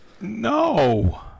No